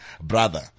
brother